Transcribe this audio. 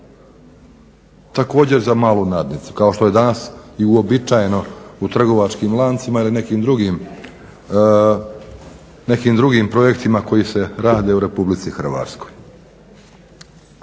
također za malu nadnicu kao što je danas i uobičajeno u trgovačkim lancima ili nekim drugim projektima koji se rade u RH. Stidljivo,